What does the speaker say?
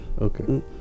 okay